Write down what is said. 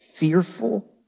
fearful